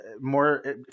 more